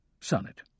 Sonnet